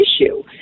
issue